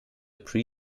pre